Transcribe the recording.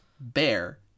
bear